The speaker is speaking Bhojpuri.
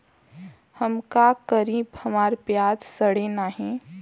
हम का करी हमार प्याज सड़ें नाही?